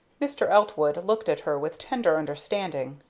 mr. eltwood looked at her with tender understanding.